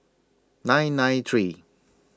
nine nine three